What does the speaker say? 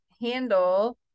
handle